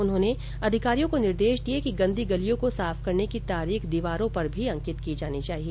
उन्होंने अधिकारियों को निर्देश दिये कि गन्दी गलियों को साफ करने की तारीख दीवारों पर भी अंकित की जानी चाहिए